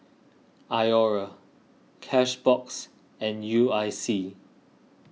Iora Cashbox and U I C